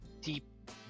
deep